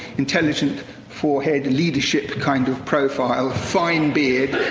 intelligent forehead, leadership kind of profile, fine beard,